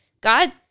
God